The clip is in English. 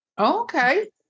Okay